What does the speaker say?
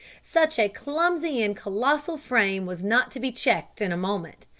such a clumsy and colossal frame was not to be checked in a moment.